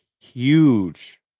huge